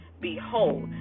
behold